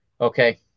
Okay